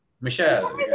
Michelle